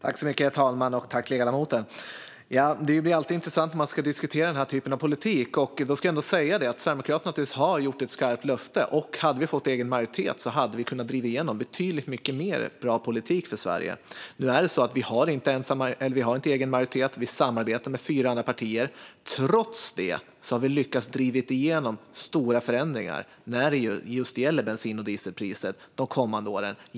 Herr talman! Det blir ju alltid intressant när man ska diskutera den här typen av politik. Då ska jag ändå säga att Sverigedemokraterna naturligtvis har gett ett skarpt löfte. Hade vi fått egen majoritet hade vi kunnat driva igenom betydligt mycket mer bra politik för Sverige. Nu har vi inte egen majoritet, utan vi samarbetar med fyra andra partier. Trots det har vi lyckats driva igenom stora förändringar just när det gäller bensin och dieselpriset de kommande åren.